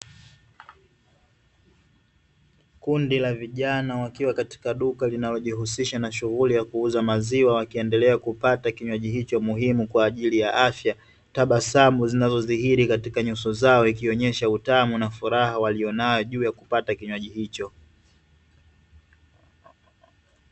Kundi la vijana, wakiwa katika duka linalojishughulisha na shughuli ya kuuza maziwa, wakiendelea kupata kinywaji hicho muhimu kwa ajili ya afya, tabasamu zinazodhihiri katika nyuso zao, ikionyesha utamu na furaha juu ya kupata kinywaji hicho.